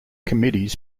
committees